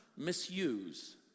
misuse